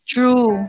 True